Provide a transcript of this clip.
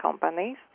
companies